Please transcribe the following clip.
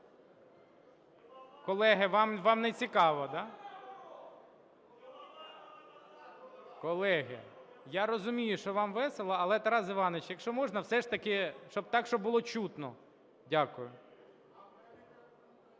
Колеги, вам не цікаво, так? Колеги, я розумію, що вам весело. Але, Тарас Іванович, якщо можна, все ж таки так, щоб було чутно. Дякую.